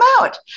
out